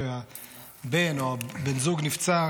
כי כשהבן או הבן זוג נפצע,